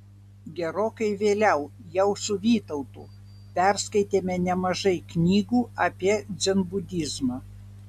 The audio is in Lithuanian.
gerokai vėliau jau su vytautu perskaitėme nemažai knygų apie dzenbudizmą